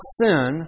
sin